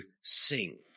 sing